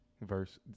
verse